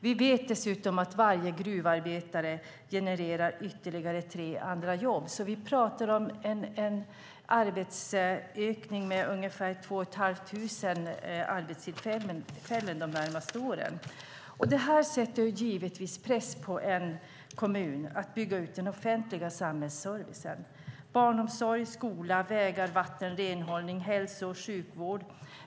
Vi vet dessutom att varje gruvarbetare genererar ytterligare tre andra jobb, så vi pratar om en arbetsökning med ungefär två och ett halvt tusen arbetstillfällen de närmaste åren. Det här sätter givetvis press på kommunen att bygga ut den offentliga samhällsservicen i form av barnomsorg, skola, vägar, vatten, renhållning och hälso och sjukvård.